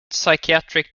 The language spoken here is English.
psychiatric